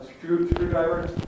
screwdriver